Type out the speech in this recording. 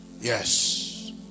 Yes